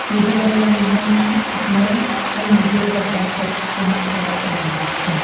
Urdu language میں ہم اپنے ہر مدے پر بات کر سکتے ہیں اور سمجھ بھی سکتے ہیں